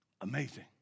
amazing